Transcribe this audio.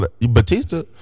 Batista